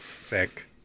sick